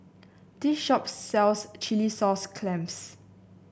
this shop sells Chilli Sauce Clams